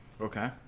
Okay